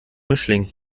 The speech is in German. mischling